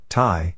Thai